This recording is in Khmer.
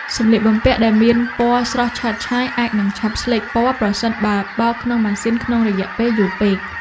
សម្លៀកបំពាក់ដែលមានពណ៌ស្រស់ឆើតឆាយអាចនឹងឆាប់ស្លេកពណ៌ប្រសិនបើបោកក្នុងម៉ាស៊ីនក្នុងរយៈពេលយូរពេក។